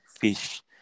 fish